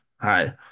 Hi